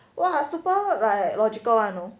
!wah! super like logical one you know